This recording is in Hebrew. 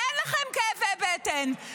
אין לכם כאבי בטן.